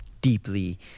deeply